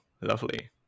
lovely